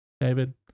David